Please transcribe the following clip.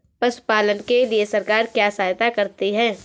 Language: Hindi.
पशु पालन के लिए सरकार क्या सहायता करती है?